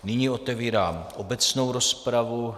Nyní otevírám obecnou rozpravu.